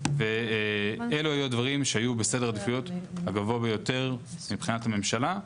ואלו היו הדברים שהיו בסדר העדיפויות הגבוה ביותר מבחינת הממשלה.